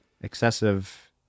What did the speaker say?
excessive